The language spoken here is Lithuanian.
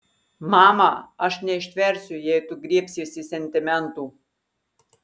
mama aš neištversiu jei tu griebsiesi sentimentų